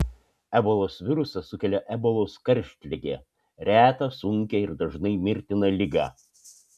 ebolos virusas sukelia ebolos karštligę retą sunkią ir dažnai mirtiną ligą